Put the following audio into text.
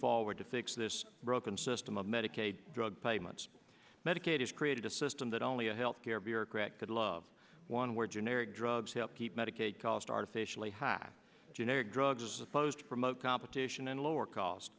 forward to fix this broken system of medicaid drug payments medicaid has created a system that only a health care bureaucrat could love one where generic drugs help keep medicaid cost artificially high generic drugs are supposed to promote competition and lower cost